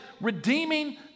redeeming